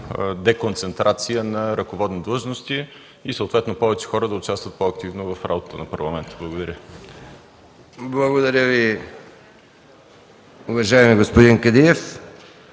деконцентрация на ръководни длъжности и съответно повече хора да участват по-активно в работата на Парламента. Благодаря Ви. ПРЕДСЕДАТЕЛ МИХАИЛ